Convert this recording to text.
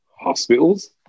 hospitals